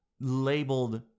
labeled